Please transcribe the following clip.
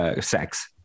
sex